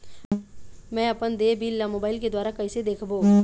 मैं अपन देय बिल ला मोबाइल के द्वारा कइसे देखबों?